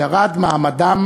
ירד מעמדם